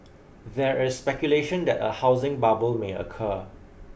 there is speculation that a housing bubble may occur